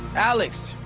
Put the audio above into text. alex,